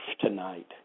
tonight